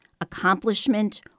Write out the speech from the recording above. accomplishment